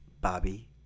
Bobby